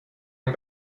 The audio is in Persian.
این